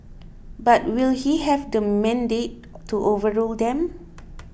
but will he have the mandate to overrule them